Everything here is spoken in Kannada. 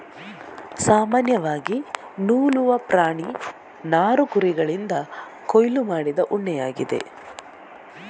ಸಾಮಾನ್ಯವಾಗಿ ನೂಲುವ ಪ್ರಾಣಿ ನಾರು ಕುರಿಗಳಿಂದ ಕೊಯ್ಲು ಮಾಡಿದ ಉಣ್ಣೆಯಾಗಿದೆ